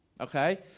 Okay